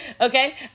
Okay